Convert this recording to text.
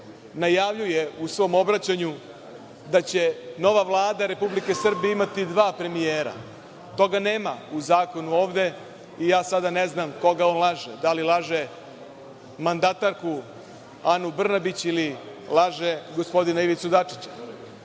najavljuje u svom obraćanju da će nova Vlada Republike Srbije imati dva premijera. Toga nema u zakonu ovde i ja sada ne znam koga on laže. Da li laže mandatarku Anu Brnabić ili laže gospodina Ivicu Dačića.